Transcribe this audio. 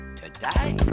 today